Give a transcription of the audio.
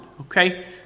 okay